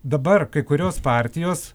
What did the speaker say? dabar kai kurios partijos